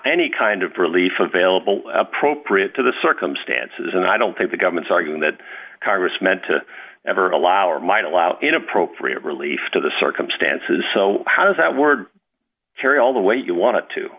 any kind of relief available appropriate to the circumstances and i don't think the government's arguing that congress meant to ever allow or might allow inappropriate relief to the circumstances so how does that word carry all the way you want